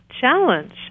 challenge